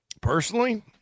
Personally